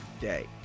day